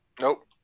Nope